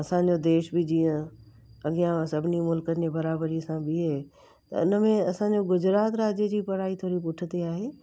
असांजो देश बि जीअं अॻियां सभिनी मुल्कनि जी बराबरीअ सां बीहे त इन में असांजो गुजरात राज्य जी पढ़ाई थोरी पुठिते आहे